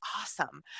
awesome